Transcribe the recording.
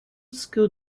school